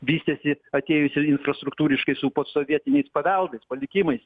vystėsi atėjusių infrastruktūriškai su posovietiniais paveldais palikimais